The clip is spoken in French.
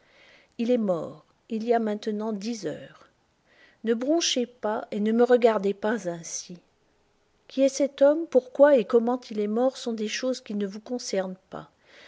il est mort il y a maintenant dix heures ne bronchez pas et ne me regardez pas ainsi qui est cet homme pourquoi et comment il est mort sont des choses qui ne vous concernent pas